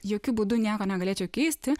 jokiu būdu nieko negalėčiau keisti